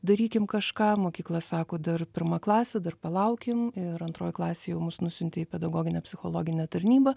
darykim kažką mokykla sako dar pirma klasė dar palaukim ir antroj klasėj jau mus nusiuntė į pedagoginę psichologinę tarnybą